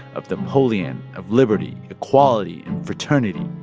of napoleon, of liberty, equality and fraternity.